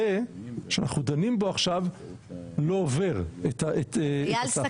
שאנחנו דנים בו עכשיו לא עובר את הסף.